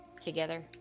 together